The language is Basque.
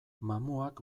mamuak